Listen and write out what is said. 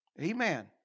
Amen